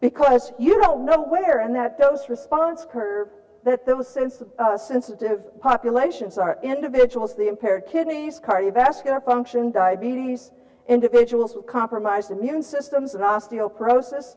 because you don't know where and that dose response curve that there was since sensitive populations are individuals the impaired kidneys cardiovascular function diabetes individuals compromised immune systems and osteoporosis